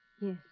Yes